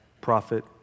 prophet